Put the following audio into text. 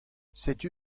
setu